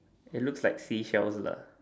it looks like seashells lah